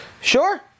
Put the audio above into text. Sure